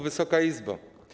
Wysoka Izbo!